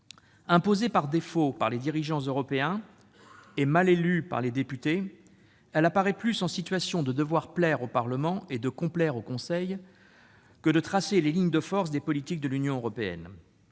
Imposée par défaut par les dirigeants européens et mal élue par les députés, elle apparaît plus en situation de devoir plaire au Parlement et de complaire au Conseil que de tracer les lignes de force des politiques de l'Union européenne.